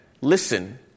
listen